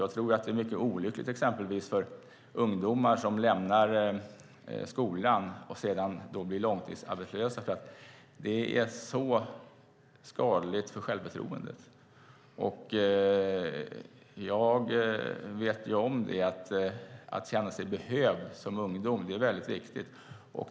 Jag tror att det är mycket olyckligt att ungdomar lämnar skolan och sedan blir långtidsarbetslösa. Det är skadligt för självförtroendet. Att som ungdom känna sig behövd är viktigt.